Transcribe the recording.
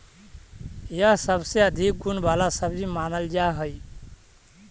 यह सबसे अधिक गुण वाला सब्जी मानल जा हई